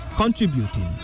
Contributing